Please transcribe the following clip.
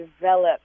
develop